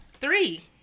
Three